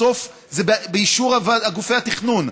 בסוף זה באישור גופי התכנון,